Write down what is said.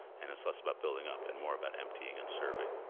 and it's less about building up and more about emptying and serving.